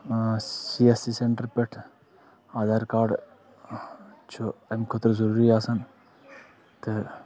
C S C center پٮ۪ٹھ Aadhaar card چھُ اَمہِ خٲطرٕ ضٔروٗری آسان تہٕ